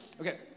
Okay